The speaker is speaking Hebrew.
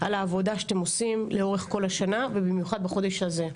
על העבודה שאתם עושים לאורך כל השנה ובמיוחד בחודש הזה.